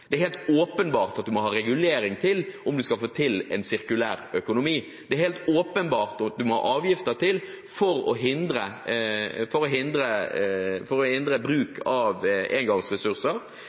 Det er helt åpenbart at det må regulering til om vi skal få til en sirkulær økonomi. Det er helt åpenbart at det må avgifter til for å hindre bruk av engangsressurser.